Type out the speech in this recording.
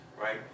right